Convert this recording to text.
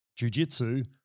jujitsu